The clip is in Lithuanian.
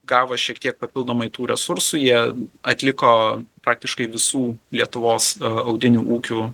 gavo šiek tiek papildomai tų resursų jie atliko praktiškai visų lietuvos audinių ūkių